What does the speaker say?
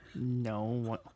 no